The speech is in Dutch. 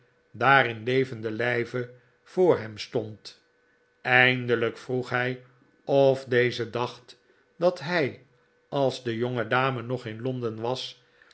daar in levenden lijve voor hem stond eindelijk vroeg hij of deze dacht dat hij als de jongedame nog in londen was